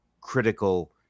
critical